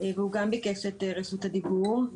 והוא גם ביקש את רשות הדיבור.